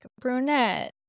brunette